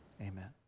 amen